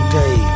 day